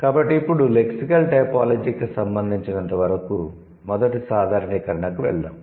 కాబట్టి ఇప్పుడు లెక్సికల్ టైపోలాజీకి సంబంధించినంతవరకు మొదటి సాధారణీకరణకు వెళ్దాం